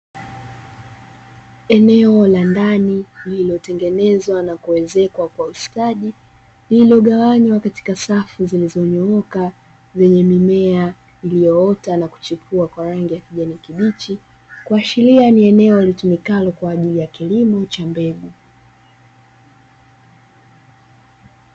Eneo la ndani lililotengenezwa na kuezekwa kwa ustadi lililogawanywa katika safu, zilizonyooka zenye mimea iliyoota na kuchipua kwa rangi ya kijani kibichi kuashiria ni eneo litumikalo kwa ajili ya kilimo cha mbegu.